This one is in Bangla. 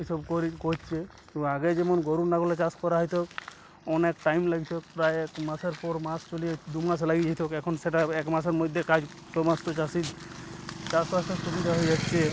এসব করি করছে তো আগে যেমন গরুর লাঙ্গলে চাষ করা হইতো অনেক টাইম লাগতো প্রায় মাসের পর মাস চলে যেতো দু মাস লাগিয়ে দিতো এখন সেটা এক মাসের মধ্যে কাজ সমস্ত চাষির চাষবাসের সুবিধা হয়ে যাচ্ছে